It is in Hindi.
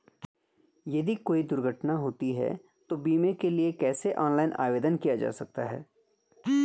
यदि कोई दुर्घटना होती है तो बीमे के लिए कैसे ऑनलाइन आवेदन किया जा सकता है?